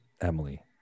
Emily